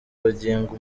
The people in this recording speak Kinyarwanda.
ubugingo